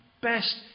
best